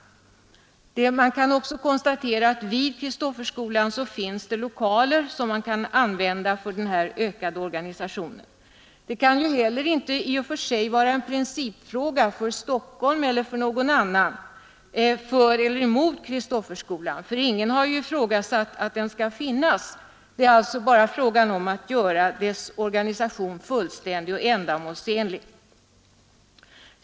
Man kan också konstatera att det vid Kristofferskolan finns lokaler som kan användas för denna ökade organisation. Det kan inte heller vara en principfråga för Stockholms skoldirektion eller någon annan för eller emot Kristofferskolan. Ingen har ifrågasatt att den skall finnas — det är bara fråga om att göra dess organisation fullständig och ändamålsenlig.